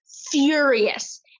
furious